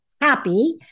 Happy –